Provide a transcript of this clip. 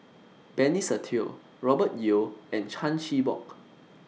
Benny Se Teo Robert Yeo and Chan Chin Bock